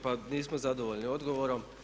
Pa nismo zadovoljni odgovorom.